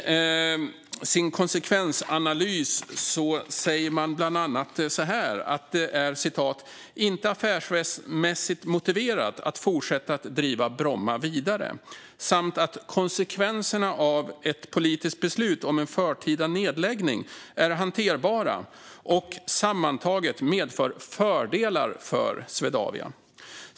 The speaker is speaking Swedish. I sin konsekvensanalys säger de bland annat att det inte är affärsmässigt motiverat att driva Bromma vidare samt att konsekvenserna av ett politiskt beslut om en förtida nedläggning är hanterbara och sammantaget medför fördelar för Swedavia.